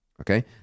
okay